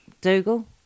Dougal